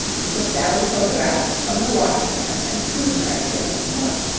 he took sally's photograph from the wash-stand and scrutinized it once more.